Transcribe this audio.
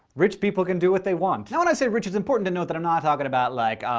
rich people can do what they want. now when i say rich it's important to note that i'm not talking about like, ah,